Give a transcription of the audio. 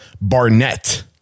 barnett